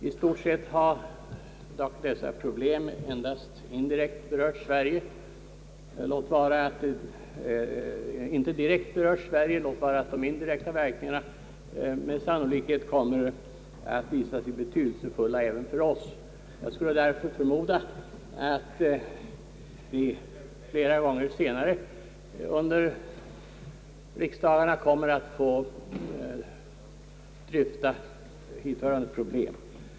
I stort sett har dock dessa problem inte direkt berört Sverige, låt vara att de indirekta verkningarna med sannolikhet kommer att visa sig bli betydelsefulla även för oss. Jag skulle därför förmoda att vi flera gånger senare under riksdagarna kommer att få dryfta hithörande problem.